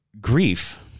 grief